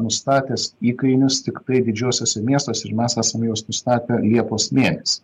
nustatęs įkainius tiktai didžiuosiuose miestuose ir mes esam juos nustatę liepos mėnesį